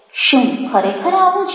શું ખરેખર આવું છે